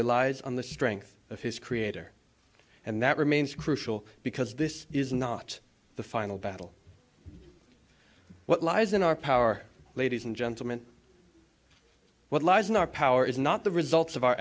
relies on the strength of his creator and that remains crucial because this is not the final battle what lies in our power ladies and gentlemen what lies in our power is not the results of our